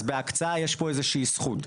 אז בהקצאה יש פה איזושהי זכות.